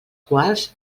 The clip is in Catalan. quals